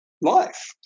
life